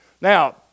Now